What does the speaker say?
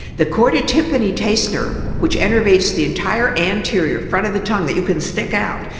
the chordae tympani taste nerve which enervates the entire anterior front of the tongue that you can stick out,